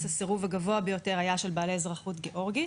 הסירוב הגבוה ביותר היה של בעלי אזרחות גיאורגית.